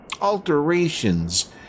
alterations